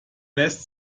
lässt